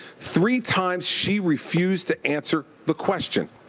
three times, she refused to answer the question,